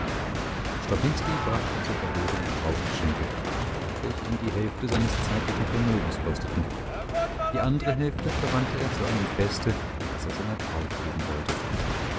strapinski brachte zur verlobung brautgeschenke welche ihn die hälfte seines zeitlichen vermögens kosteten die andere hälfte verwandte er zu einem feste das er seiner braut geben wollte